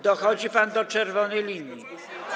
Dochodzi pan do czerwonej linii.